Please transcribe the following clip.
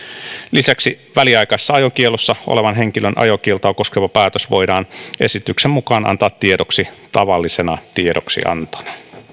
lisäksi väliaikaisessa ajokiellossa olevan henkilön ajokieltoa koskeva päätös voidaan esityksen mukaan antaa tiedoksi tavallisena tiedoksiantona